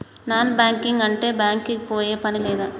Non banking అంటే bank కి పోయే పని లేదా?